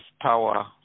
power